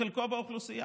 כחלקו באוכלוסייה,